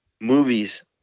movies